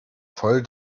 voll